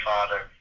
Father